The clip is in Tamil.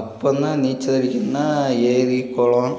அப்போன்னா நீச்சல் அடிக்குன்னா ஏரி குளம்